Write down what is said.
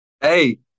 Hey